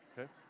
Okay